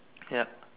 yup